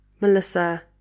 Melissa